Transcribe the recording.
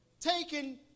taken